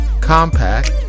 Compact